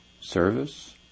service